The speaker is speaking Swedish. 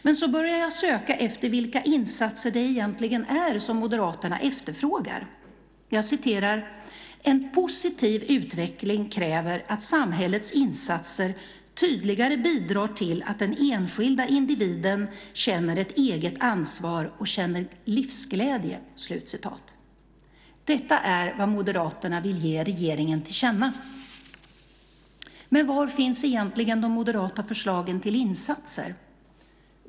Men så börjar jag söka efter vilka insatser det egentligen är som Moderaterna efterfrågar. "En positiv utveckling kräver att samhällets insatser tydligare bidrar till att den enskilda individen känner ett eget ansvar och känner livsglädje." Detta är vad Moderaterna vill ge regeringen till känna. Men var finns egentligen de moderata förslagen till insatser?